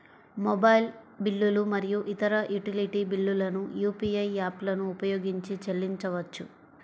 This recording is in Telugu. మొబైల్ బిల్లులు మరియు ఇతర యుటిలిటీ బిల్లులను యూ.పీ.ఐ యాప్లను ఉపయోగించి చెల్లించవచ్చు